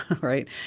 right